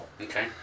Okay